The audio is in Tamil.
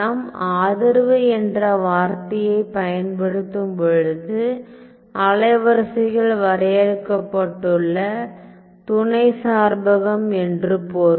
நாம் ஆதரவு என்ற வார்த்தையைப் பயன்படுத்தும்பொழுது அலைவரிசைகள் வரையறுக்கப்பட்டுள்ள துணை சார்பகம் என்று பொருள்